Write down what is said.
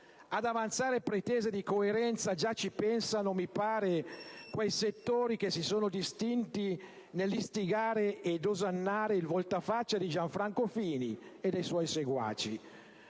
Ad avanzare pretese di coerenza già ci pensano, mi pare, quei settori che si sono distinti nell'istigare e osannare il voltafaccia di Gianfranco Fini e dei suoi seguaci.